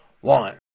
One